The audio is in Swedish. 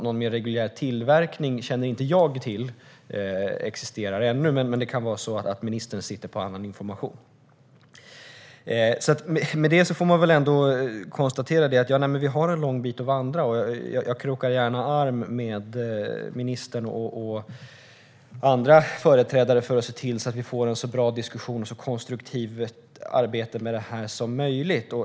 Jag känner inte till att det ännu existerar någon mer reguljär tillverkning, men det kan vara så att ministern sitter på annan information. Jag konstaterar att vi har en lång väg att vandra, och jag krokar gärna arm med ministern och andra företrädare för att se till att det blir en så bra diskussion och ett sådant konstruktivt arbete med detta som möjligt.